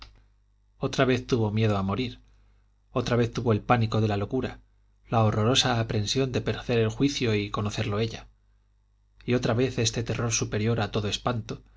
otra vez tuvo miedo a morir otra vez tuvo el pánico de la locura la horrorosa aprensión de perder el juicio y conocerlo ella y otra vez este terror superior a todo espanto